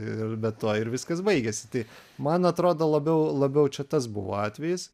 ir bet tuo ir viskas baigiasi tai man atrodo labiau labiau čia tas buvo atvejis